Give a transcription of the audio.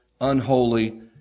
unholy